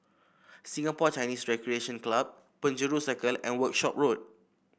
Singapore Chinese Recreation Club Penjuru Circle and Workshop Road